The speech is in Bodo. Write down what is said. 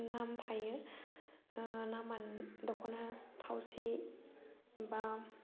नाम थायो नामआनो दख'ना थावसि बा